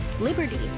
liberty